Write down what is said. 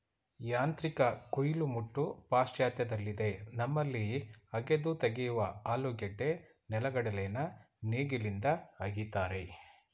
ಯಾಂತ್ರಿಕ ಕುಯಿಲು ಮುಟ್ಟು ಪಾಶ್ಚಾತ್ಯದಲ್ಲಿದೆ ನಮ್ಮಲ್ಲಿ ಅಗೆದು ತೆಗೆಯುವ ಆಲೂಗೆಡ್ಡೆ ನೆಲೆಗಡಲೆನ ನೇಗಿಲಿಂದ ಅಗಿತಾರೆ